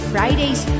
Fridays